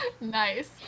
nice